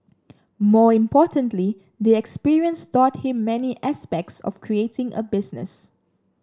more importantly the experience taught him many aspects of creating a business